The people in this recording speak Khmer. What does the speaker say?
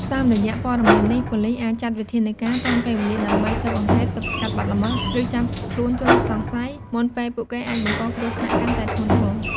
តាមរយៈព័ត៌មាននេះ ប៉ូលិសអាចចាត់វិធានការទាន់ពេលវេលា ដើម្បីស៊ើបអង្កេត ទប់ស្កាត់បទល្មើស ឬចាប់ខ្លួនជនសង្ស័យ មុនពេលពួកគេអាចបង្កគ្រោះថ្នាក់កាន់តែធ្ងន់ធ្ងរ។